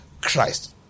Christ